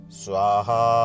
swaha